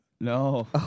No